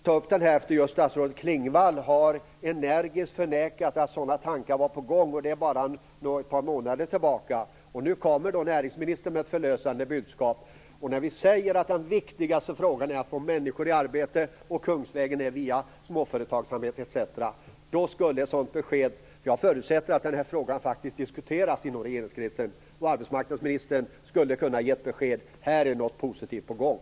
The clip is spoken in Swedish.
Fru talman! Jag tyckte att det var lämpligt att ta upp den här frågan eftersom statsrådet Klingvall energiskt har förnekat att sådana tankar var på gång, och det bara ett par månader tillbaka. Nu kommer näringsministern med ett förlösande budskap. När vi säger att den viktigaste frågan är att få människor i arbete och kungsvägen är via småföretagsamhet etc. skulle ett sådant besked vara bra. Jag förutsätter att den här frågan faktiskt diskuteras inom regeringskretsen. Arbetsmarknadsministern skulle kunna ha gett besked här att något positivt är på gång.